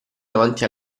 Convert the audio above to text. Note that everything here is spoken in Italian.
davanti